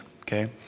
okay